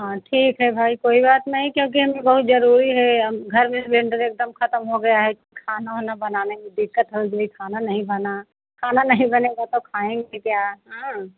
हाँ ठीक है भाई कोई बात नहीं क्योंकि हमें बहुत ज़रूरी है हम घर में सिलेण्डर एकदम ख़त्म हो गया है खाना उना बनाने में दिक्कत हो गई खाना नहीं बना खाना नहीं बनेगा तो खाएंगे क्या हाँ